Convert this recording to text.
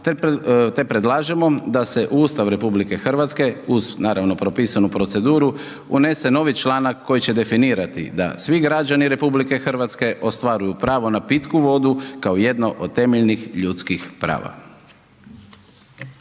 te predlažemo da se u Ustav RH, uz naravno propisanu proceduru, unese novi članak koji će definirati da svi građani RH ostvaruju pravo na pitku vodu kao jedno od temeljnih ljudskih prava.